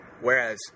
Whereas